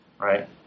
right